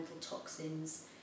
toxins